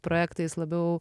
projektais labiau